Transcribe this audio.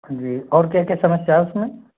जी और क्या क्या समस्या है उसमें